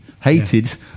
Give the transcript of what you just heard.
hated